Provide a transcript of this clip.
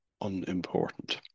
unimportant